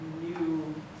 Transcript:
new